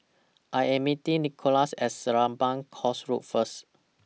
I Am meeting Nickolas At Serapong Course Road First